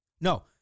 no